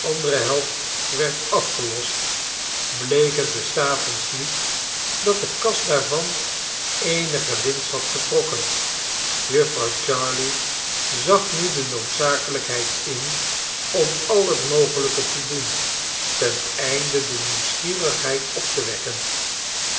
andere helft werd afgelost bleek het des avonds niet dat de kas daarvan eenige winst had getrokken jufvrouw jarley zag nu de noodzakelijkheid in om al het mogelijke te doen ten einde de nieuwsgierigheid op te wekken